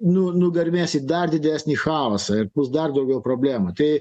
nu nugarmės į dar didesnį chaosą ir bus dar daugiau problemų tai